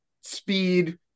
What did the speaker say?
Speed